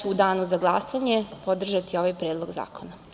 U danu za glasanje ću podržati ovaj Predlog zakona.